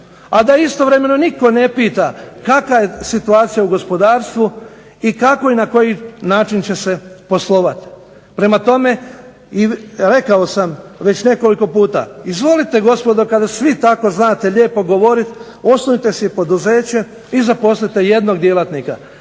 a da istovremeno nitko ne pita kaka je situacija u gospodarstvu i kako i na koji način će se poslovati. Prema tome, rekao sam već nekoliko puta izvolite gospodo kada svi tako znate lijepo govoriti osnujte si poduzeće i zaposlite jednog djelatnika,